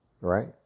right